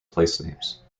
placenames